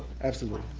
absolutely,